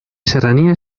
serranía